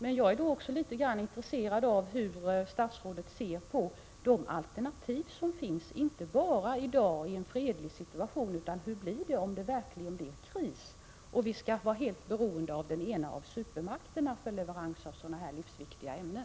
Vidare är jag litet intresserad av att få veta hur statsrådet ser på de alternativ som finns. Det gäller då inte bara i dag, i en fredlig situation. Därför måste jag fråga: Vad händer om det verkligen blir kris och om vi skall vara helt beroende av den ena av supermakterna när det gäller leveranser av sådana här livsviktiga ämnen?